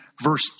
verse